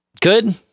Good